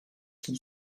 qui